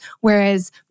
Whereas